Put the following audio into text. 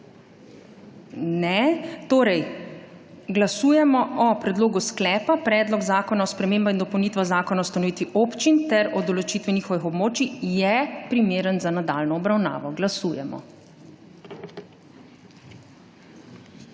(Ne.) Torej, glasujemo o predlogu sklepa: Predlog zakona o spremembah in dopolnitvah Zakona o ustanovitvi občin ter o določitvi njihovih območij je primeren za nadaljnjo obravnavo. Glasujemo.